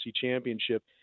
Championship